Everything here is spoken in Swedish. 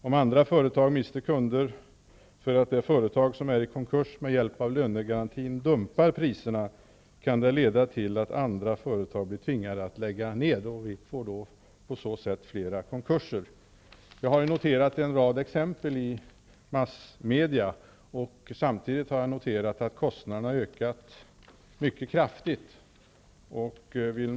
Om andra företag mister kunder därför att det företag som är försatt i konkurs med hjälp av lönegarantin dumpar priserna, kan det leda till att andra företag blir tvingade att lägga ned sin verksamhet, och på det sättet ökar konkurserna. Jag har noterat en rad exempel i massmedia. Samtidigt har jag noterat att kostnaderna har ökat mycket kraftigt.